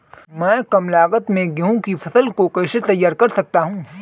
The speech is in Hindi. मैं कम लागत में गेहूँ की फसल को कैसे तैयार कर सकता हूँ?